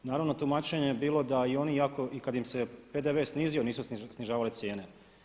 Naravno tumačenje je bilo da i oni jako da kada im se PDV snizio nisu snižavali cijene.